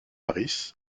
harris